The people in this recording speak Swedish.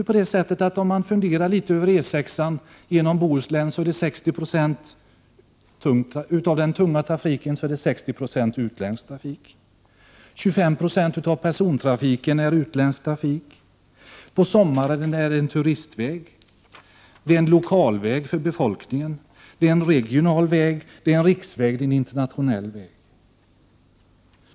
På E 6 genom Bohuslän är 60 96 av den tunga trafiken utländsk trafik, och 25 Ye av persontrafiken är utländsk trafik. På sommaren är det en turistväg. Det är en lokalväg för befolkningen, en regional väg, en riksväg och en internationell väg.